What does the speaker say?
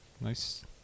nice